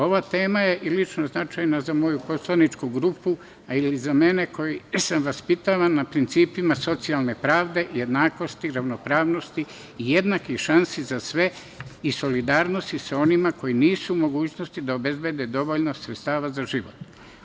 Ova tema je i lično značajna za moju poslaničku grupu, ali i za mene koji sam vaspitavan na principima socijalne pravde, jednakosti, ravnopravnosti i jednakih šansi za sve i solidarnosti sa onima koji nisu u mogućnosti da obezbede dovoljno sredstava za život.